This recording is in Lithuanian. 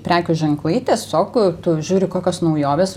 prekių ženklai tiesiog tu žiūri kokios naujovės